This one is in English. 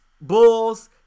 Bulls